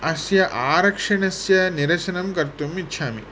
अस्य आरक्षणस्य निरसनं कर्तुम् इच्छामि